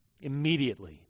Immediately